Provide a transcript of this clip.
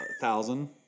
thousand